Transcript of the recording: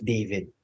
David